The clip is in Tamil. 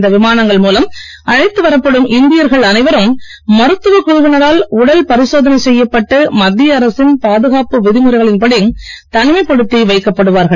இந்த விமானங்கள் மூலம் அழைத்து வரப்படும் இந்தியர்கள் அனைவரும் மருத்துவக் குழுவினரால் உடல் பரிசோதனை செய்யப்பட்டு மத்திய அரசின் பாதுகாப்பு விதிமுறைகளின் படி தனிமைப்படுத்தி வைக்கப்படுவார்கள்